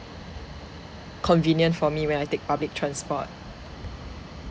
convenient for me when I take public transport